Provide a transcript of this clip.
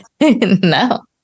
no